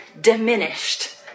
diminished